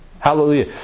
Hallelujah